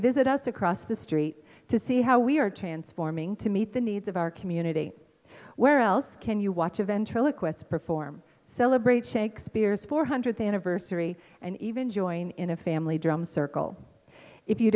visit us across the street to see how we are transforming to meet the needs of our community where else can you watch a ventriloquist perform celebrate shakespeare's four hundredth anniversary and even join in a family drum circle if you